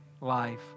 life